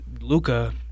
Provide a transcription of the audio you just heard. Luca